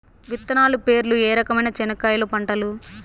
విత్తనాలు పేర్లు ఏ రకమైన చెనక్కాయలు పంటలు?